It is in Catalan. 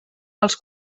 els